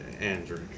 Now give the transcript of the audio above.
Andrew